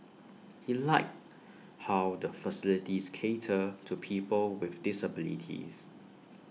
he liked how the facilities cater to people with disabilities